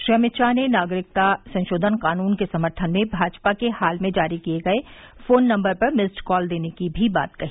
श्री अमित शाह ने नागरिकता संशोधन कानून के समर्थन में भाजपा के हाल में जारी किये गये फोन नम्बर पर मिस्ड कॉल देने की बात भी कही